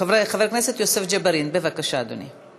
חבר הכנסת יוסף ג'בארין, בבקשה, אדוני.